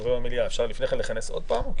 אפשר לפני כן לכנס עוד פעם?